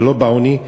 ולא בעוני,